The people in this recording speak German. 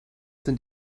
sind